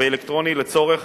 אלקטרוני לצורך